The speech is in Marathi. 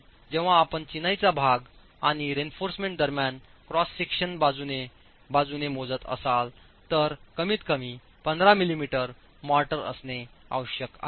म्हणून जेव्हा आपण चिनाईचा भाग आणि रेइन्फॉर्समेंट दरम्यान क्रॉस सेक्शन बाजूने बाजूने मोजत असाल तर कमीतकमी 15 मिलीमीटर मोर्टार असणे आवश्यक आहे